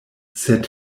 sed